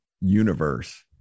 universe